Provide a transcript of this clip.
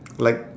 like